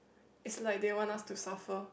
it's like they want us to suffer